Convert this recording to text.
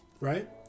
Right